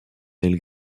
elle